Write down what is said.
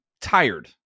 tired